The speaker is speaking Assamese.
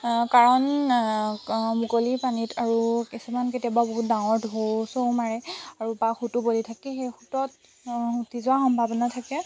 কাৰণ মুকলি পানীত আৰু কিছুমান কেতিয়াবা বহুত ডাঙৰ ঢৌ চৌ মাৰে আৰু বা সোঁতো বলি থাকে সেই সোঁতত উটি যোৱাৰ সম্ভাৱনা থাকে